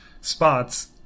spots